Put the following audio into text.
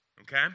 Okay